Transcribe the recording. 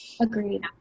Agreed